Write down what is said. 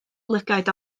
lygaid